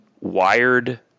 wired